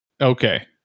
Okay